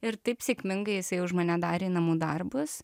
ir taip sėkmingai jisai už mane darė namų darbus